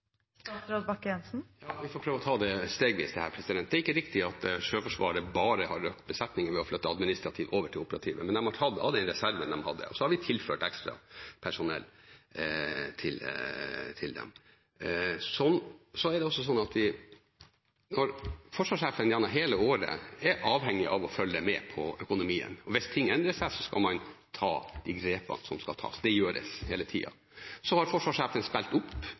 Vi får prøve å ta det stegvis. Det er ikke riktig at Sjøforsvaret har styrket besetningen bare ved å flytte administrative over til operative. De har tatt av den reserven de hadde, og så har vi tilført dem ekstra personell. Forsvarssjefen er gjennom hele året avhengig av å følge med på økonomien. Hvis ting endrer seg, må man ta de grepene som skal tas. Det gjøres hele tida. Et av forslagene som spilles opp